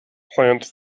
plants